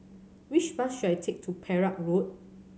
which bus should I take to Perak Road